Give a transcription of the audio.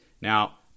Now